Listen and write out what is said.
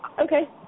okay